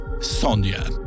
Sonia